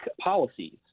policies